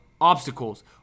obstacles